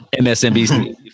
MSNBC